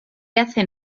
hacen